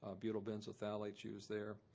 ah butyl benzyl phthalates used there.